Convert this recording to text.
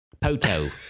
Poto